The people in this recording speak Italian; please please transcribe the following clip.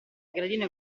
gradino